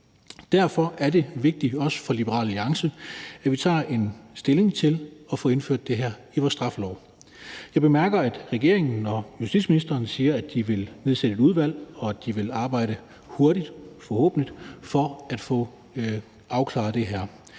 Derfor er det vigtigt, også for Liberal Alliance, at vi tager tiltag til at få indført det her i vores straffelov. Jeg bemærker, at regeringen og justitsministeren siger, at de vil nedsætte et udvalg, og at de vil arbejde hurtigt – forhåbentlig – for at få afklaret det her.